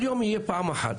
כל יום זה יהיה פעם אחת.